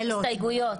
הסתייגויות